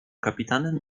kapitanem